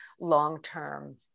long-term